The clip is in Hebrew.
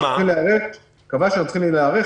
הוא קבע שצריכים להיערך